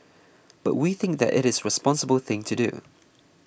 but we think that it is the responsible thing to do